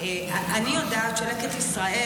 אני יודעת שבלקט ישראל,